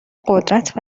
قدرت